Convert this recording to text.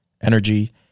energy